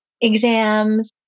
exams